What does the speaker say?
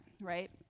right